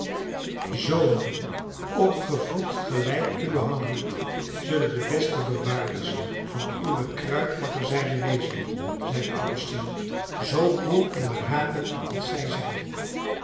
zonen opgevoed gelijk uwen henrique zullen de beste bewaarders van uwe kruitmagazijnen wezen zeide augustine zoo koel en beraden als zij zijn